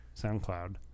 SoundCloud